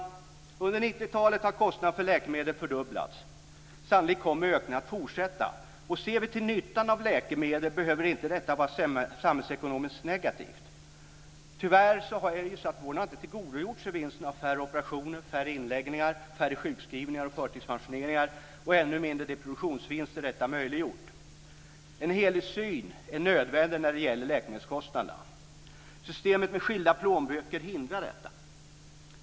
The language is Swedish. Under 1990-talet har kostnaderna för läkemedel fördubblats. Sannolikt kommer ökningen att fortsätta, och ser vi till nyttan av läkemedel behöver detta inte vara samhällsekonomiskt negativt. Tyvärr har inte vården tillgodogjort sig vinsten av färre operationer, färre inläggningar, färre sjukskrivningar och färre förtidspensioneringar. Ännu mindre har man tillgodogjort sig de produktionsvinster som detta har möjliggjort. En helhetssyn är nödvändig när det gäller läkemedelskostnaderna. Systemet med skilda plånböcker hindrar detta.